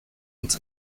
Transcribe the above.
uns